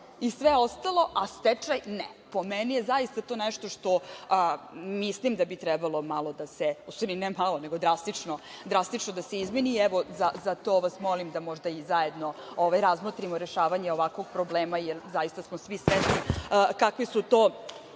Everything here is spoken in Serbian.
i sve ostalo, a stečaj ne. Po meni, to je zaista nešto što mislim da bi trebalo drastično da se izmeni i za to vas molim da možda i zajedno razmotrimo rešavanje ovakvog problema, jer zaista smo svi svesni kakvi su to